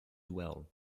well